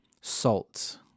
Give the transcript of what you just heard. salt